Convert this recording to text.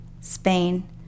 Spain